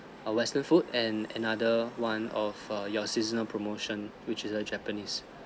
a western food and another one of uh your seasonal promotion which is a japanese